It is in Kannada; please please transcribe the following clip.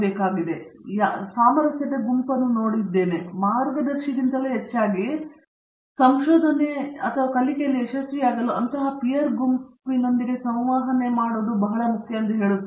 ಹಾಗಾಗಿ ನಾನು ಸಾಮರಸ್ಯದ ಗುಂಪನ್ನು ನೋಡುತ್ತೇನೆ ಮಾರ್ಗದರ್ಶಿಗಿಂತಲೂ ಹೆಚ್ಚಾಗಿ ಸಂಶೋಧನೆ ಮತ್ತು ಕಲಿಕೆಯಲ್ಲಿ ಯಶಸ್ವಿಯಾಗಲು ಗುಂಪನ್ನು ನಿರ್ಮಿಸುವುದು ಬಹಳ ಮುಖ್ಯ ಎಂದು ನಾನು ಹೇಳುತ್ತೇನೆ